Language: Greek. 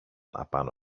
απάνω